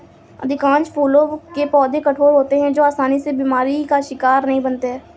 अधिकांश फूलों के पौधे कठोर होते हैं जो आसानी से बीमारी का शिकार नहीं बनते